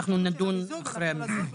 אנחנו נדון אחרי המיזוג.